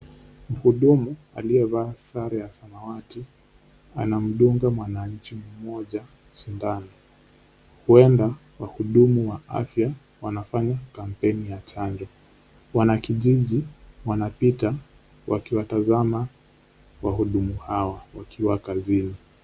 Mhudumu aliyevaa sare ya samawati, anamdunga mwananchi mmoja sindano. Huenda wahudumu wa afya wanafanya kampeni ya chanjo. Wanakijiji wanapita wakiwatazama wahudumu hawa wakiwa kazini.